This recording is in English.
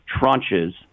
tranches